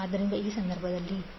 ಆದ್ದರಿಂದ ಈ ಸಂದರ್ಭದಲ್ಲಿ Z j5||42